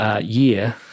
year